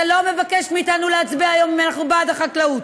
אתה לא מבקש מאתנו להצביע היום אם אנחנו בעד החקלאות,